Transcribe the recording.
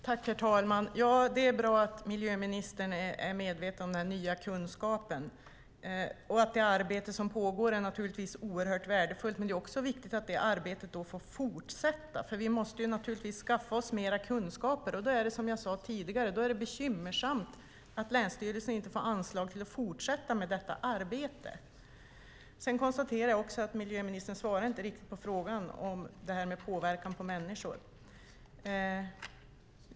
Herr talman! Det är bra att miljöministern är medveten om den här nya kunskapen. Det arbete som pågår är naturligtvis oerhört värdefullt, men det är också viktigt att det får fortsätta, för vi måste skaffa oss mer kunskap om detta. Som jag sade tidigare är det då bekymmersamt att länsstyrelsen inte får anslag för att fortsätta med detta arbete. Jag konstaterar också att miljöministern inte riktigt svarade på frågan om det här med påverkan på människor.